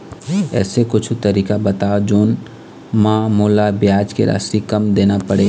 ऐसे कुछू तरीका बताव जोन म मोला ब्याज के राशि कम देना पड़े?